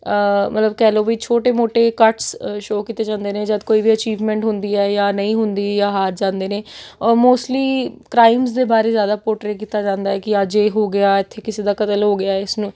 ਮਤਲਬ ਕਹਿ ਲਓ ਵੀ ਛੋਟੇ ਮੋਟੇ ਕਟਸ ਸ਼ੋਅ ਕੀਤੇ ਜਾਂਦੇ ਨੇ ਜਦ ਕੋਈ ਵੀ ਅਚੀਵਮੈਂਟ ਹੁੰਦੀ ਹੈ ਜਾਂ ਨਹੀਂ ਹੁੰਦੀ ਜਾਂ ਹਾਰ ਜਾਂਦੇ ਨੇ ਉਹ ਮੋਸਟਲੀ ਕਰਾਈਮਸ ਦੇ ਬਾਰੇ ਜ਼ਿਆਦਾ ਪੋਟਰੇਅ ਕੀਤਾ ਜਾਂਦਾ ਕਿ ਅੱਜ ਇਹ ਹੋ ਗਿਆ ਇੱਥੇ ਕਿਸੇ ਦਾ ਕਤਲ ਹੋ ਗਿਆ ਇਸ ਨੂੰ